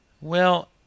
Well